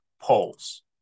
polls